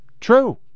true